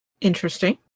Interesting